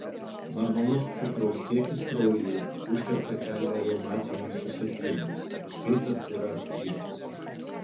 normalus cukraus kiekis kraujyje užkerta kelią reumatiniams susirgimams įskaitant ir artritus